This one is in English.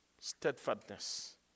steadfastness